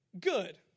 good